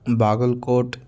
Bagalkot